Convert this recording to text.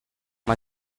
mae